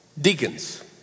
deacons